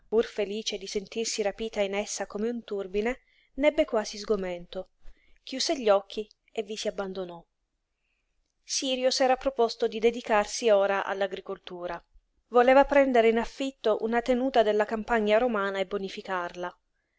pur felice di sentirsi rapita in essa come un turbine n'ebbe quasi sgomento chiuse gli occhi e vi si abbandonò sirio s'era proposto di dedicarsi ora all'agricoltura voleva prendere in affitto una tenuta della campagna romana e bonificarla